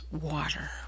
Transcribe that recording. water